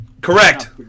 Correct